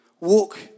Walk